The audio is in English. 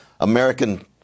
American